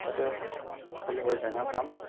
তাতে সকলো হৈ যায় ন কাম